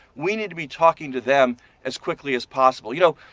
we need to be talking to them as quickly as possible. you know,